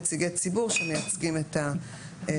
נציגי ציבור שמייצגים את הפעילות,